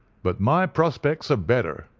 but my prospects are better,